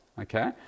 okay